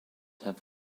have